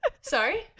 Sorry